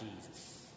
Jesus